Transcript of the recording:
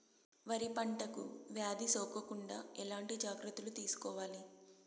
వరి పంటకు వ్యాధి సోకకుండా ఎట్లాంటి జాగ్రత్తలు తీసుకోవాలి?